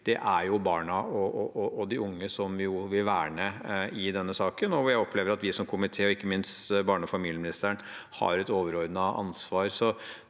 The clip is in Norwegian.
i, er barna og de unge, som vi vil verne i denne saken. Jeg opplever at vi som komité og ikke minst barne- og familieministeren har et overordnet ansvar.